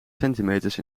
centimeters